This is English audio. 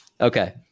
okay